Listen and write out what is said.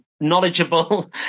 knowledgeable